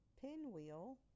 pinwheel